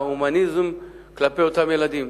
ההומניזם כלפי אותם ילדים,